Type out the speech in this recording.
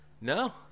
no